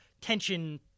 tension